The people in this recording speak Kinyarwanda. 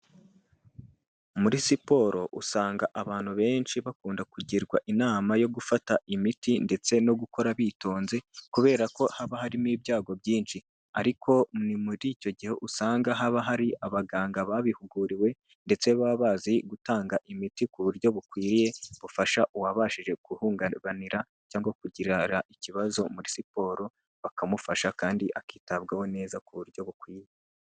Muri siporo usanga abantu benshi bakunda kugirwa inama yo gufata imiti ndetse no gukora bitonze kubera ko haba harimo ibyago byinshi, ariko ni muri icyo gihe usanga haba hari abaganga babihuguriwe ndetse baba bazi gutanga imiti ku buryo bukwiriye bufasha uwabashije guhungabanira cyangwa kugira ikibazo muri siporo bakamufasha kandi akitabwaho neza ku buryo bukwiye.